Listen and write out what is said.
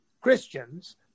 Christians